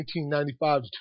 1995